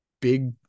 big